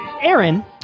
Aaron